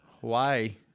Hawaii